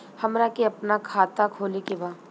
हमरा के अपना खाता खोले के बा?